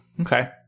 Okay